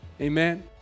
Amen